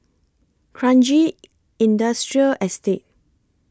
Kranji Industrial Estate